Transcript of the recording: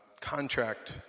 contract